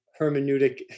hermeneutic